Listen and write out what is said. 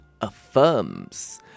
affirms